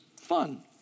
fun